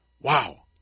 wow